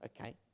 Okay